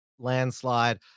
landslide